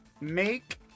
Make